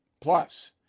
Plus